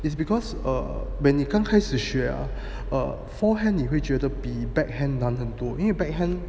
it's because err when 你刚开始学 ah err forehand 你会觉得比 backhand 难很多因为 backhand